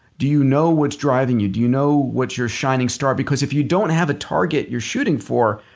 do you know what's driving you? do you know what's your shining star? because if you don't have a target you're shooting for,